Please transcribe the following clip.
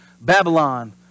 Babylon